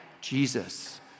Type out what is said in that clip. Jesus